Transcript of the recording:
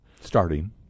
Starting